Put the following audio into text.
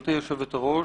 גברתי יושבת הראש,